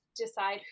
decide